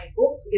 book